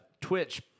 Twitch